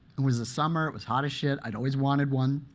it was the summer, it was hot as shit, i'd always wanted one.